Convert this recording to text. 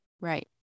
Right